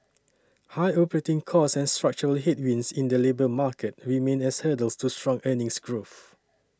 high operating costs and structural headwinds in the labour market remain as hurdles to strong earnings growth